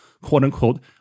quote-unquote